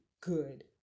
good